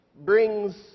brings